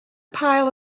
pile